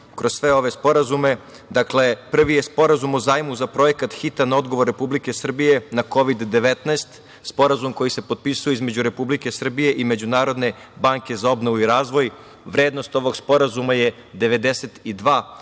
kroz sve ove sporazume. Dakle, prvi je Sporazuma o zajmu za Projekat „Hitan odgovor Republike Srbije na Kovid-19“, sporazum koji se potpisuje između Republike Srbije i Međunarodne banke za obnovu i razvoj. Vrednost ovog sporazuma je 92